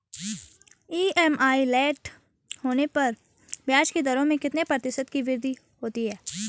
EMI late होने पर ब्याज की दरों में कितने कितने प्रतिशत की वृद्धि होती है?